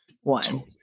one